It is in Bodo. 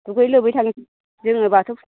दुगै लोबै थांसै जोङो बाथौ फुजायाव